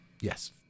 Yes